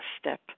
step